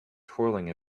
twirling